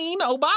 Obama